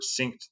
synced